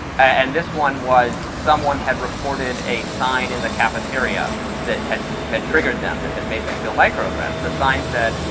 and this one was someone had reported a sign in the cafeteria that had had triggered them, that had made them feel microagressed. the sign said,